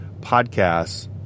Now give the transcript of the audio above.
podcasts